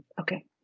Okay